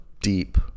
Deep